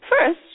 first